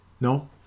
No